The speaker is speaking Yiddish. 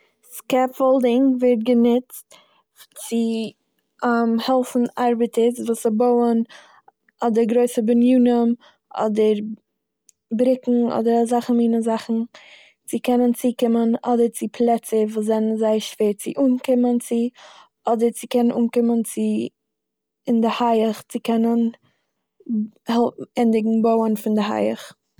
סקעפאלדינג ווערט גענוצט צו העלפן ארבעטערס וואס ס'בויען אדער גרויסע בנינים אדער ב- בריקן אדער אזעלכע מינע זאכן צו קענען צוקומען אדער צו פלעצער וואס זענען זייער שווער צו אנקומען צו, אדער צו קענען אנקומען צו- אין די הייעך, צו קענען ב- העל- ענדיגן בויען פון די הייעך.